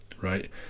right